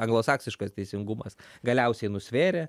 anglosaksiškas teisingumas galiausiai nusvėrė